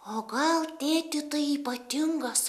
o gal tėti tai ypatingas